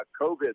COVID